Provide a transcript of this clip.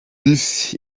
isi